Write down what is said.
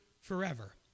forever